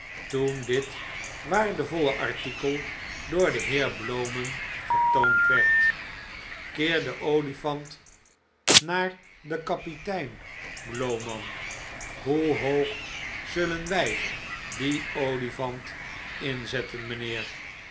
toen dit waardevolle artikel door den heer blowman getoond werd keer den olifant naar den kapitein blowman hoe hoog zullen wij dien olifant inzetten mijnheer